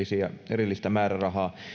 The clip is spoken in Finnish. erillistä määrärahaa